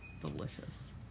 Delicious